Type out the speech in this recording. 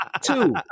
two